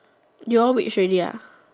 you all reach already ah